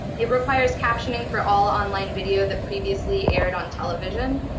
it requires captioning for all online video that previously aired on television.